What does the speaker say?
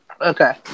Okay